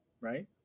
right